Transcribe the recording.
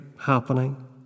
happening